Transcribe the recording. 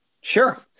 Sure